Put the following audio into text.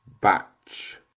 batch